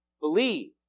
Believe